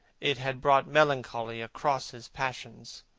it had brought melancholy across his passions.